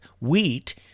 wheat